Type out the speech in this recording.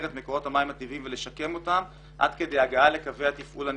את מקורות המים הטבעיים ולשקם אותם עד כדי הגעה לקווי התפעול הנדרשים.